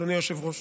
אדוני היושב-ראש.